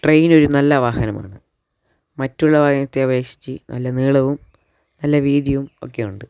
train ഒരു നല്ല വാഹനമാണ് മറ്റുള്ള വാഹനത്തെ അപേക്ഷിച്ചു നല്ല നീളവും നല്ല വീതിയും ഒക്കെയുണ്ട്